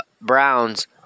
Browns